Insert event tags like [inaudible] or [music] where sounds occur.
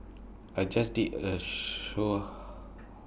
I just did A [unintelligible]